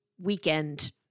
weekend